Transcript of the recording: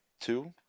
two